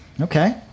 Okay